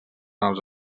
als